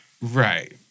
Right